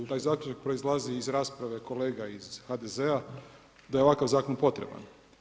U taj zaključak proizlazi iz rasprave kolega iz HDZ-a da ovakav zakon potreban.